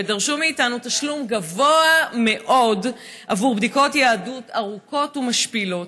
ודרשו מאיתנו תשלום גבוה מאוד עבור בדיקות יהדות ארוכות ומשפילות.